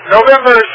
November